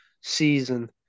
season